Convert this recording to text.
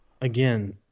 Again